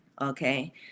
okay